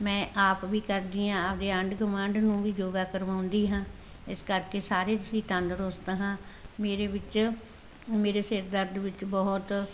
ਮੈਂ ਆਪ ਵੀ ਕਰਦੀ ਹਾਂ ਆਪਦੇ ਆਂਢ ਗਵਾਂਢ ਨੂੰ ਵੀ ਯੋਗਾ ਕਰਵਾਉਂਦੀ ਹਾਂ ਇਸ ਕਰਕੇ ਸਾਰੇ ਅਸੀਂ ਤੰਦਰੁਸਤ ਹਾਂ ਮੇਰੇ ਵਿੱਚ ਮੇਰੇ ਸਿਰ ਦਰਦ ਵਿੱਚ ਬਹੁਤ